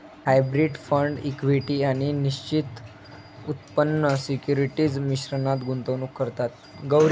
hybrid fund equity आणि निश्चित उत्पन्न सिक्युरिटीज मिश्रणात गुंतवणूक करतात